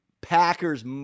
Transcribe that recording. packers